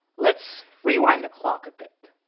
let's rewind the clock a bit.